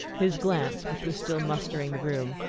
his glance, which was still mustering the room,